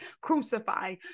crucify